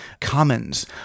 commons